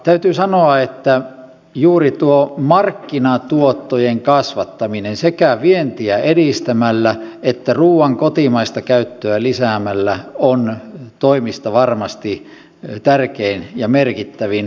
täytyy sanoa että juuri tuo markkinatuottojen kasvattaminen sekä vientiä edistämällä että ruoan kotimaista käyttöä lisäämällä on toimista varmasti tärkein ja merkittävin